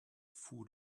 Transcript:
food